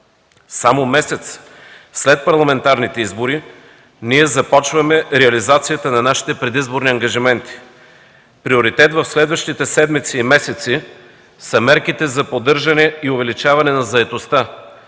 Само месец след парламентарните избори ние започваме реализацията на нашите предизборни ангажименти. Приоритет в следващите седмици и месеци са мерките за поддържане и увеличаване на заетостта,